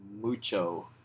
mucho